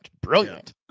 Brilliant